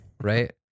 right